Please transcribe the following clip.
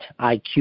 IQ